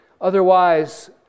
Otherwise